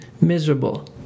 miserable